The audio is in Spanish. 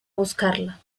buscarla